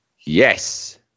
Yes